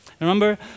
Remember